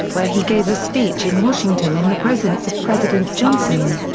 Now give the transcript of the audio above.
where he gave a speech in washington in the presence of president johnson.